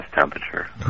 temperature